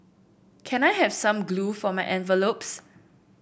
can I have some glue for my envelopes